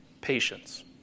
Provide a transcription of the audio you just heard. Patience